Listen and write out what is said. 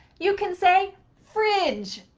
you can say fridge,